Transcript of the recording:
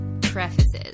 prefaces